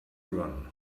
run